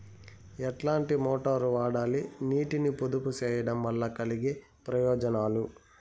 ఎట్లాంటి మోటారు వాడాలి, నీటిని పొదుపు సేయడం వల్ల కలిగే ప్రయోజనాలు?